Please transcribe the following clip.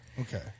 Okay